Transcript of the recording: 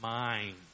mind